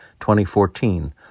2014